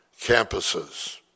campuses